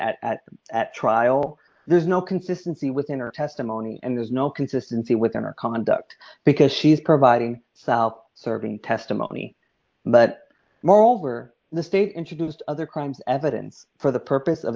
provided at at trial there's no consistency within her testimony and there's no consistency with her conduct because she's providing self serving testimony but moreover the state introduced other crimes evidence for the purpose of